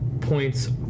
points